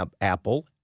Apple